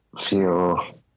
feel